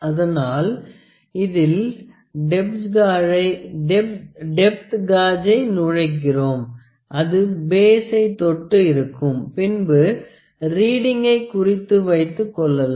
அதனால் இதில் டெப்த் காஜை நுழைகிறோம் அது பேசை தொட்டு இருக்கும் பின்பு ரீடிங்க்கை குறித்து வைத்துக் கொள்ளலாம்